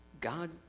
God